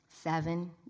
Seven